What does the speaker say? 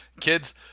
Kids